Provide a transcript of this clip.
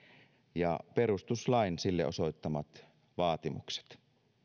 ja perustuslain sille osoittamat vaatimukset